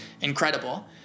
incredible